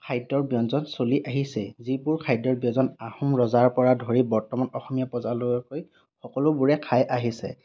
খাদ্য়ৰ ব্য়ঞ্জন চলি আহিছে যিবোৰ খাদ্য়ৰ ব্য়ঞ্জন আহোম ৰজাৰ পৰা ধৰি বৰ্তমান অসমীয়া প্ৰজালৈ সকলোবোৰে খাই আহিছে